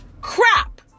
crap